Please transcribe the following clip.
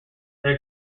their